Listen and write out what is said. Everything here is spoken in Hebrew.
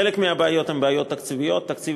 חלק מהבעיות הן בעיות תקציביות: תקציב